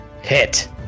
hit